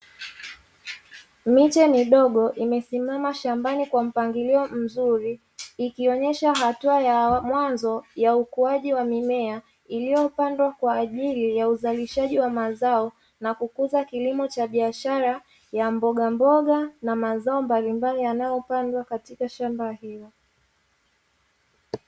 Miche midogo imesimama shambani kwa mpangilio mzuri ikionyesha hatua ya mwanzo ya ukuaji wa mimea, iliyopandwa kwa ajili ya uzalishaji wa mazao na kukuza kilimo cha biashara ya mbogamboga na mazao mbalimbali yanayopandwa katika shamba hilo.